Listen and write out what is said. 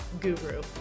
guru